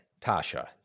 Tasha